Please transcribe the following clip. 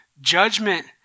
Judgment